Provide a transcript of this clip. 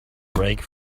brake